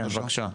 כן, בבקשה.